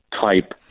type